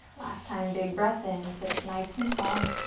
last time, big breath in. sit up nice and tall,